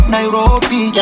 Nairobi